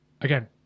again